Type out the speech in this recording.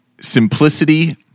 Simplicity